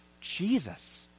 Jesus